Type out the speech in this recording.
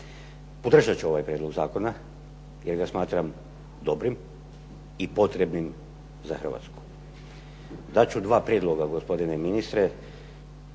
Podržat ću ovaj prijedlog zakona, jer ga smatram dobrim i potrebnim za Hrvatsku. Dat ću dva prijedloga gospodine ministre,